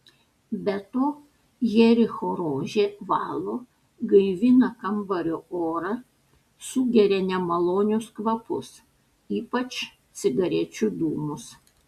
be to jericho rožė valo gaivina kambario orą sugeria nemalonius kvapus ypač cigarečių dūmus